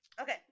Okay